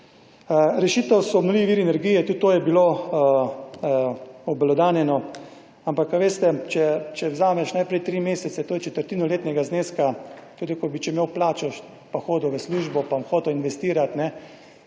Rešitev so obnovljivi viri energije. Tudi to je bilo obelodanjeno, ampak veste, če vzameš najprej tri mesece, to je četrtino letnega zneska, kot če imel plačo pa hodil v službo pa bo hotel investirati, ne